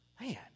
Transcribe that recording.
Man